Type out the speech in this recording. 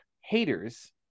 haters